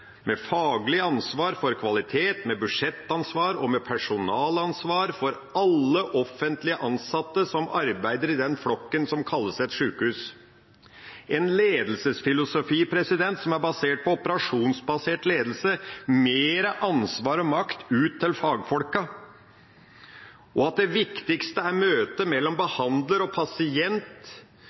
med faglig ansvar for kvalitet, med budsjettansvar og med personalansvar for alle offentlig ansatte som arbeider i den flokken som kalles et sjukehus, en operasjonsbasert ledelsesfilosofi med mer ansvar og makt ut til fagfolkene, og der det viktigste er møtet mellom behandler og pasient.